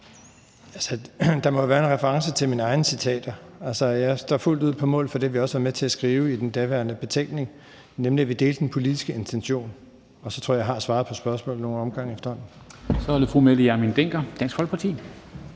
der må jo være en reference til mine egne citater. Jeg står fuldt ud på mål for det, vi også var med til at skrive i betænkningen dengang, nemlig at vi delte den politiske intention. Og så tror jeg, at jeg har svaret på spørgsmålet ad nogle omgange efterhånden. Kl. 13:34 Formanden (Henrik